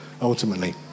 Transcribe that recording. ultimately